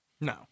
no